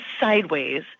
sideways